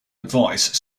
advice